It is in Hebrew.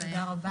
אז זאת בשורה.